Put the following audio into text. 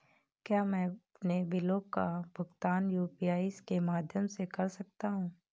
क्या मैं अपने बिलों का भुगतान यू.पी.आई के माध्यम से कर सकता हूँ?